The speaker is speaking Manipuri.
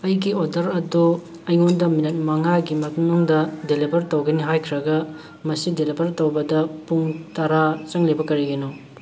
ꯑꯩꯒꯤ ꯑꯣꯔꯗꯔ ꯑꯗꯨ ꯑꯩꯉꯣꯟꯗ ꯃꯤꯅꯤꯠ ꯃꯉꯥꯒꯤ ꯃꯅꯨꯡꯗ ꯗꯤꯂꯤꯚꯔ ꯇꯧꯒꯅꯤ ꯍꯥꯏꯈ꯭ꯔꯒ ꯃꯁꯤ ꯗꯤꯂꯤꯚꯔ ꯇꯧꯕꯗ ꯄꯨꯡ ꯇꯔꯥ ꯆꯪꯂꯤꯕ ꯀꯔꯤꯒꯤꯅꯣ